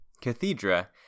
Cathedra